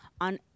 on